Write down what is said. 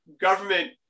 government